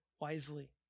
wisely